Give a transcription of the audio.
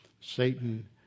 Satan